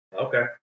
Okay